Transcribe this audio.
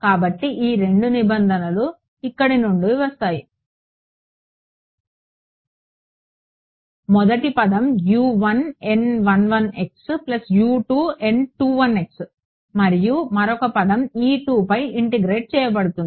కాబట్టి ఈ రెండు నిబంధనలు ఇక్కడ నుండి వస్తాయి మొదటి పదం మరియు మరొక పదం పై ఇంటెగ్రేట్ చేయబడుతుంది